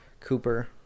Cooper